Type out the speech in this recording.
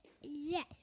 Yes